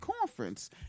Conference